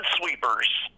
Sweepers